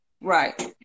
right